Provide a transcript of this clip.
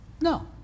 No